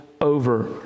over